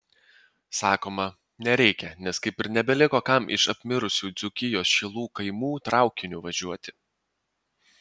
sakoma nereikia nes kaip ir nebeliko kam iš apmirusių dzūkijos šilų kaimų traukiniu važiuoti